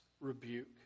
rebuke